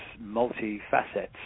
multi-facets